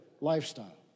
lifestyle